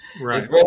right